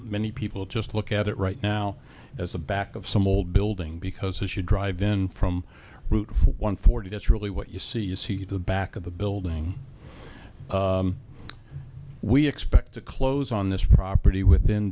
many people just look at it right now as a back of some old building because as you drive in from route for one forty that's really what you see you see the back of the building we expect to close on this property within